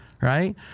right